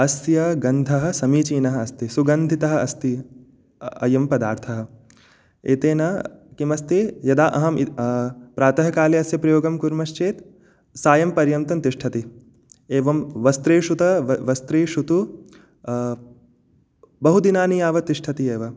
अस्य गन्धः समीचीनः अस्ति सुगन्दितः अस्ति अयं पदार्थः एतेन किमस्ति यदा अहं प्रातःकाले अस्य प्रयोगं कुर्मश्चेत् सायं पर्यन्तं तिष्ठति एवं वस्त्रेषु त वस्त्रेषु तु बहुदिनानि यावत् तिष्ठति एव